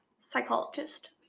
Psychologist